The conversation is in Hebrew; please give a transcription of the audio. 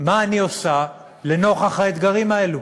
מה אני עושה לנוכח האתגרים האלה?